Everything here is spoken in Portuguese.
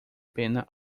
pena